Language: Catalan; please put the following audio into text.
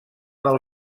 del